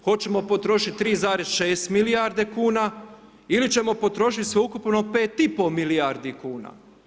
Hoćemo potrošiti 3,6 milijarde kuna ili ćemo potrošiti sveukupno 5,5 milijardi kuna?